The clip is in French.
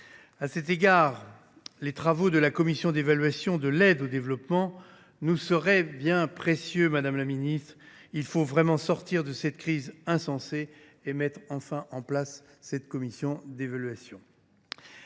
À cet égard, les travaux de la commission d’évaluation de l’aide au développement nous seraient bien précieux, madame la ministre ! Il faut sortir de cette crise insensée et mettre enfin en place cette commission d’évaluation.